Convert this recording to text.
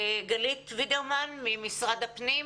גלית וידרמן ממשרד הפנים.